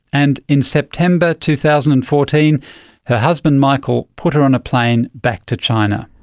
and in september two thousand and fourteen her husband michael put her on a plane back to china.